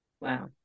wow